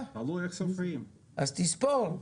אז תספור.